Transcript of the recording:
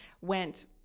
went